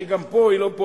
שגם היא לא פה,